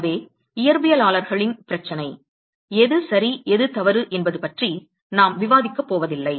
எனவே இயற்பியலாளர்களின் பிரச்சினை எது சரி எது தவறு என்பது பற்றி நாம் விவாதிக்கப் போவதில்லை